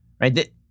Right